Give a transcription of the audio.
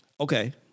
Okay